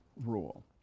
rule